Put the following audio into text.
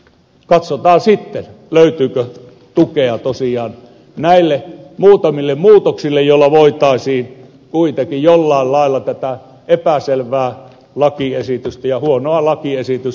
katsotaan sitten löytyykö tosiaan tukea näille muutamille muutoksille joilla voitaisiin kuitenkin jollain lailla tätä epäselvää ja huonoa lakiesitystä parantaa